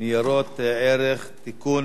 ניירות ערך (תיקון